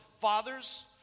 fathers